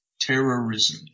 terrorism